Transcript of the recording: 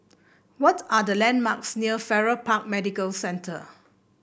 what are the landmarks near Farrer Park Medical Centre